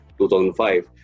2005